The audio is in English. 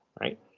right